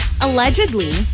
Allegedly